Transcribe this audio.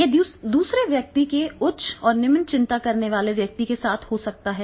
यह दूसरे व्यक्ति के उच्च और निम्न चिंता वाले व्यक्ति के साथ हो सकता है